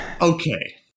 Okay